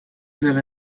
live